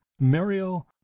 Mario